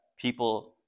people